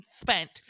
spent